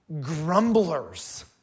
grumblers